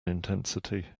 intensity